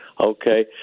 Okay